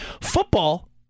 Football